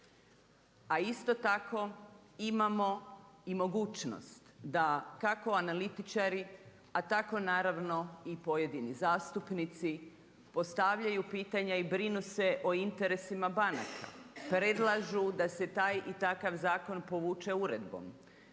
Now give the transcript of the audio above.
A isto tako imamo i mogućnost da kako analitičari, a tako naravno i pojedini zastupnici postavljaju pitanja i brinu se o interesima banaka. Predlažu da se taj i takav zakon povuče uredbom.